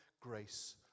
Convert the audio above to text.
grace